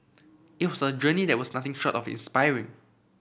it was a journey that was nothing short of the inspiring